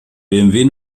bmw